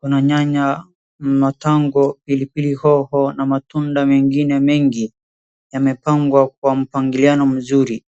Kuna nyanya, matango, pilipili hoho na matunda mengine mengi. Yamepangwa kwa mpangiliano mzuri.